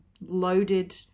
loaded